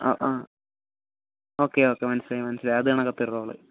okay okay മനസിലായി മനസിലായി അതുകണക്കത്ത റോള്